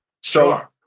Sure